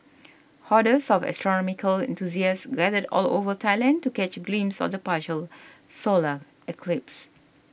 hordes of astronomical enthusiasts gathered all over Thailand to catch a glimpse of the partial solar eclipse